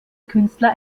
künstler